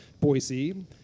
Boise